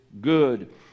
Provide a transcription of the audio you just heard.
good